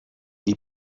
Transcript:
die